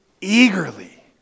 eagerly